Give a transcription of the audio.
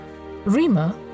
Rima